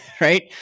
right